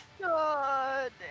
God